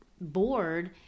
bored